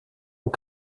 und